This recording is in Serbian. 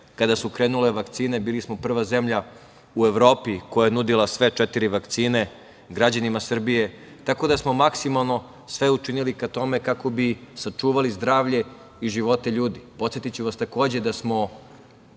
Kada su krenule vakcine bili smo prva zemlja u Evropi koja je nudila sve četiri vakcine građanima Srbije. Tako da smo maksimalno sve učinili ka tome kako bi sačuvali zdravlje i živote ljudi. Podsetiću vas takođe da smo